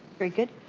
very good.